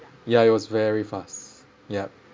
ya it was very fast yup